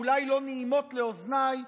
אולי לא נעימות לאוזניי,